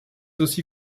aussi